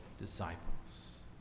disciples